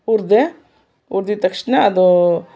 ಹುರಿದೆ ಹುರ್ದಿದ್ದ ತಕ್ಷಣ ಅದೂ